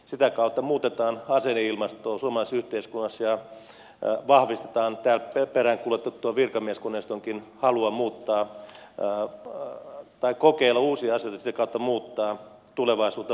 sitä kautta muutetaan asenneilmastoa suomalaisessa yhteiskunnassa ja vahvistetaan tätä peräänkuulutettua virkamieskoneistonkin halua kokeilla uusia asioita ja sitä kautta muuttaa tulevaisuutta paremmaksi